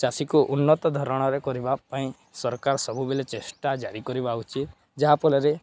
ଚାଷୀକୁ ଉନ୍ନତ ଧରଣରେ କରିବା ପାଇଁ ସରକାର ସବୁବେଳେ ଚେଷ୍ଟା ଜାରି କରିବା ଉଚିତ ଯାହାଫଳରେ